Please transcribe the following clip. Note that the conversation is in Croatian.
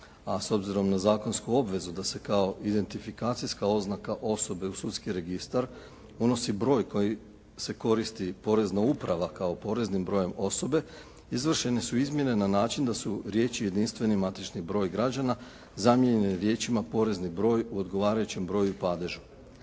a s obzirom na zakonsku obvezu da se kao identifikacijska oznaka osobe u sudski registar unosi broj koji se koristi porezna uprava kao poreznim brojem osobe izvršene su izmjene na način da su riječi jedinstveni matični broj građana zamijenjene riječima porezni broj u odgovarajućem broju i padežu.